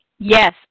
Yes